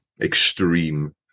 extreme